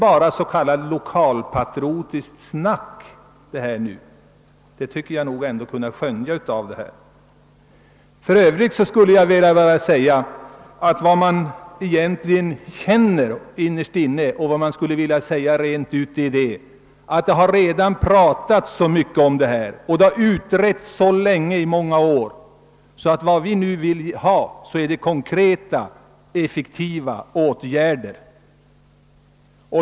Jag tycker nog att man kan skönja att det inte anses bara vara så kallat lokalpatriotiskt snack. För övrigt skulle jag bara vilja säga, att vad man egentligen känner innerst inne är, att det redan har pratats så mycket om detta och har utretts i så många år, att vi nu vill ha konkreta, effektiva åtgärder.